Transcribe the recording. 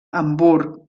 hamburg